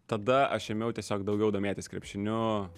tada aš ėmiau tiesiog daugiau domėtis krepšiniu